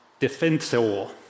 Defensor